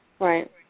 Right